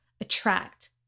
attract